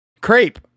Crepe